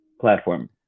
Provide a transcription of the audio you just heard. platform